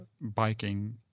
biking